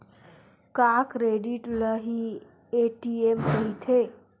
का क्रेडिट ल हि ए.टी.एम कहिथे?